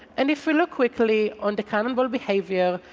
and if you look quickly on the cannonball behavior,